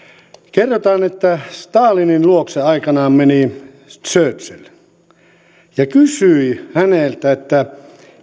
kerrotaan että stalinin luokse aikanaan meni churchill ja kysyi häneltä että